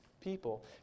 people